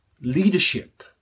leadership